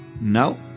No